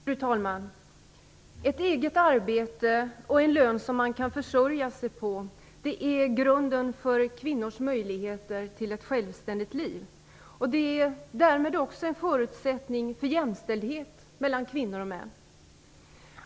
Fru talman! Ett eget arbete och en lön som man kan försörja sig på är grunden för kvinnors möjligheter till ett självständigt liv. Därmed är det också en förutsättning för jämställdhet mellan kvinnor och män.